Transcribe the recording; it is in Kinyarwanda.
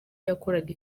yakoraga